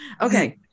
Okay